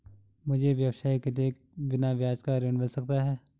मुझे व्यवसाय के लिए बिना ब्याज का ऋण मिल सकता है?